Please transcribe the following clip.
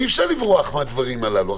אי אפשר לברוח מהדברים הללו.